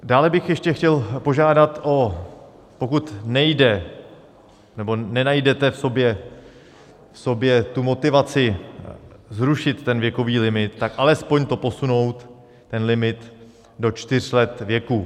Dále bych ještě chtěl požádat, pokud nejde nebo nenajdete v sobě motivaci zrušit ten věkový limit, tak alespoň posunout ten limit do čtyř let věku.